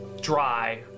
dry